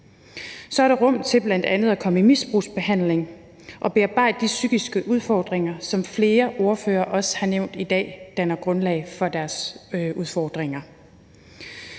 Så er der rum til bl.a. at komme i misbrugsbehandling og bearbejde de psykiske udfordringer, som flere ordførere også har nævnt i dag danner grundlag for deres udfordringer.